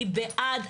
אני בעד,